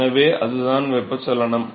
எனவே அதுதான் வெப்பச்சலனம்